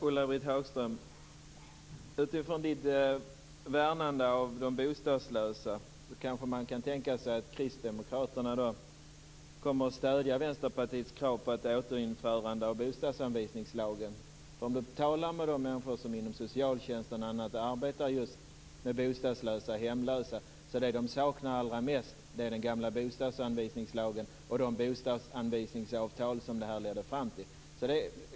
Herr talman! Utifrån Ulla-Britt Hagströms värnande om de bostadslösa kanske man kan tänka sig att Kristdemokraterna kommer att stödja Vänsterpartiets krav på att återinföra bostadsanvisningslagen. Talar man med de människor inom socialtjänsten som arbetar med just bostadslösa och hemlösa saknar de allra mest den gamla bostadsanvisningslagen och de bostadsanvisningsavtal som det ledde fram till.